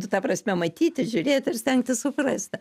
ta prasme matyti žiūrėt ir stengtis suprast